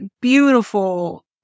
beautiful